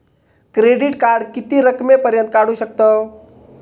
Credit card किती रकमेपर्यंत काढू शकतव?